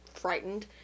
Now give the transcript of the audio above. frightened